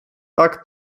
tak